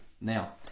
Now